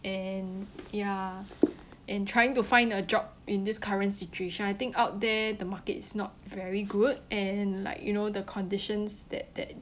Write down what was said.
and ya and trying to find a job in this current situation I think out there the market is not very good and like you know the conditions that that